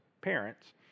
parents